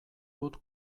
dut